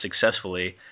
successfully